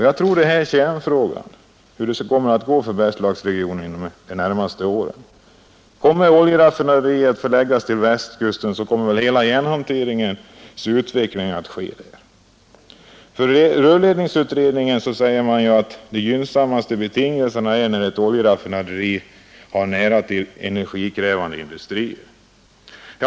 Jag tror att det är en kärnfråga när det gäller Bergslagsregionens närmaste framtid. Kommer oljeraffinaderiet att förläggas till Västkusten så kommer väl hela järnhanteringens utveckling att ske där. I rörledningsutredningen säger man att den gynnsammaste betingelsen är att ett oljeraffinaderi har nära till energikrävande industri.